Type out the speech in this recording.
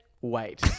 wait